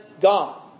God